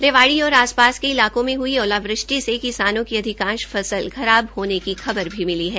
रेवाड़ी और आस पास के इलाकों में हये ओलावृष्टि से किसानों की अधिकांश फसल खराब होने की खबर भी मिली है